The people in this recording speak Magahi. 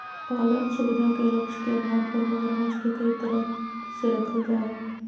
पालन सुविधा के लक्ष्य के आधार पर मगरमच्छ के कई तरह से रखल जा हइ